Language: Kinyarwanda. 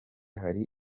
hari